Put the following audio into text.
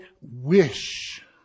wish